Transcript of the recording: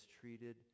treated